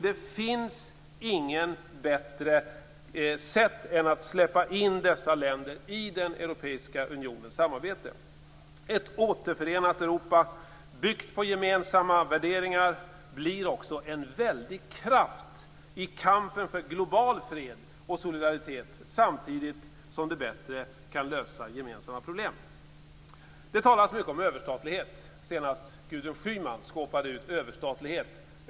Det finns inget bättre sätt än att släppa in dessa länder i den europeiska unionens samarbete. Ett återförenat Europa byggt på gemensamma värderingar blir också en väldig kraft i kampen för global fred och solidaritet samtidigt som det bättre kan lösa gemensamma problem. Det talas mycket om överstatlighet - senast var det Gudrun Schyman som skåpade ut överstatlighet.